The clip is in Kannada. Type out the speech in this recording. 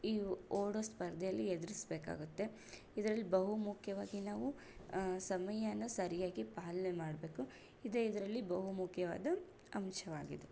ಈ ಓಡೋ ಸ್ಪರ್ಧೆಯಲ್ಲಿ ಎದುರಿಸಬೇಕಾಗುತ್ತೆ ಇದರಲ್ಲಿ ಬಹು ಮುಖ್ಯವಾಗಿ ನಾವು ಸಮಯಾನ ಸರಿಯಾಗಿ ಪಾಲನೆ ಮಾಡಬೇಕು ಇದೇ ಇದರಲ್ಲಿ ಬಹು ಮುಖ್ಯವಾದ ಅಂಶವಾಗಿದೆ